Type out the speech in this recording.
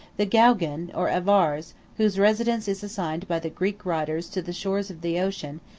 the geougen, or avares, whose residence is assigned by the greek writers to the shores of the ocean,